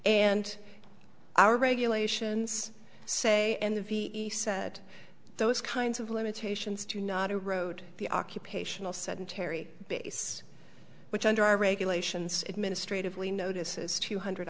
and our regulations say and the ve said those kinds of limitations to not erode the occupational sedentary base which under our regulations administratively notices two hundred